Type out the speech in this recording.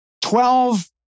twelve